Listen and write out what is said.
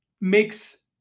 makes